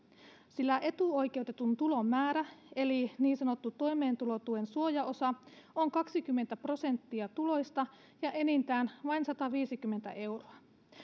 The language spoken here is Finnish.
sillä etuoikeutetun tulon määrä eli niin sanottu toimeentulotuen suojaosa on kaksikymmentä prosenttia tuloista ja enintään vain sataviisikymmentä euroa